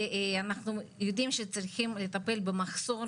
ואנחנו יודעים שצריכים לטפל במחסור,